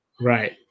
Right